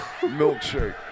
milkshake